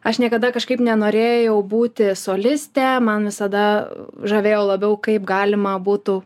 aš niekada kažkaip nenorėjau būti solistė man visada žavėjo labiau kaip galima būtų